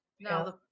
No